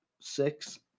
six